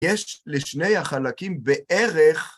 ‫יש לשני החלקים בערך...